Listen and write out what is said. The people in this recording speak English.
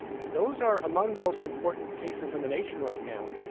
those are among the most important cases in the nation right now.